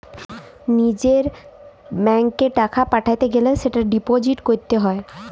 লিজের ব্যাঙ্কত এ টাকা পাঠাতে গ্যালে সেটা ডিপোজিট ক্যরত হ্য়